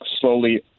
slowly